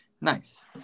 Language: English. Nice